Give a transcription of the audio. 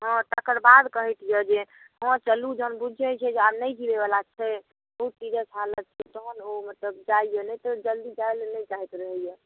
हँ तकरबाद कहैत यऽ जे हँ चलु जहन बूझैत छै जे आब नहि जिबै बला छै बहुत सीरियस हालत छै तहन ओ मतलब जाइया नहि तऽ जल्दी जाइ लेल नहि चाहैत रहैया